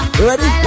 Ready